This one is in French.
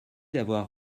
d’avoir